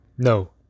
No